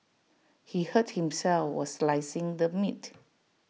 he hurt himself while slicing the meat